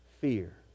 fear